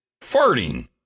farting